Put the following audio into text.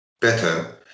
better